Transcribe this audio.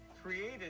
Created